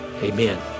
Amen